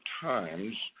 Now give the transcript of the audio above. Times